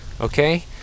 okay